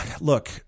Look